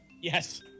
Yes